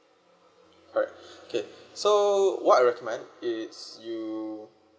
alright okay so what I recommend is you